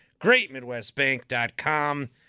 Greatmidwestbank.com